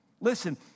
Listen